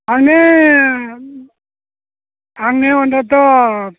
माने आंनो अन्त'त'